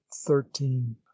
thirteen